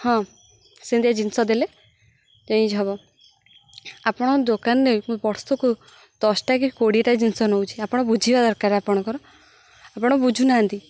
ହଁ ସେମିତିଆ ଜିନିଷ ଦେଲେ ହବ ଆପଣ ଦୋକାନରେ ମୋ ବର୍ଷକୁ ଦଶଟା କି କୋଡ଼ିଏଟା ଜିନିଷ ନଉଛି ଆପଣ ବୁଝିବା ଦରକାର ଆପଣଙ୍କର ଆପଣ ବୁଝୁନାହାନ୍ତି